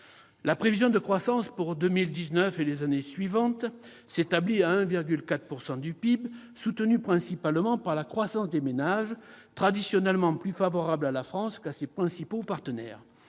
La prévision de croissance pour 2019 et les années suivantes s'établit à 1,4 % du PIB, soutenue principalement par la consommation des ménages, traditionnellement plus favorable à la France qu'à ses principaux partenaires.